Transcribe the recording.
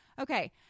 Okay